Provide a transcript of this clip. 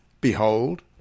Behold